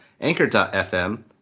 Anchor.fm